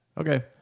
Okay